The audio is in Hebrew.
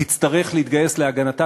תצטרך להתגייס להגנתה,